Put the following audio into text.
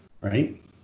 Right